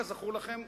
כזכור לכם,